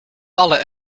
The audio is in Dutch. alle